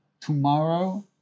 Tomorrow